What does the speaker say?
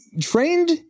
trained